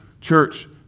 Church